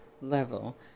level